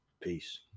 Peace